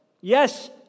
Yes